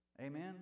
Amen